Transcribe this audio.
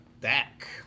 back